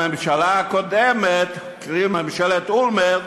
הממשלה הקודמת, קרי, ממשלת אולמרט,